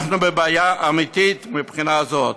אנחנו בבעיה אמיתית מבחינה זאת.